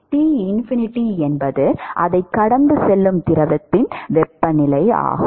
T∞ என்பது அதைக் கடந்து செல்லும் திரவத்தின் வெப்பநிலையாகும்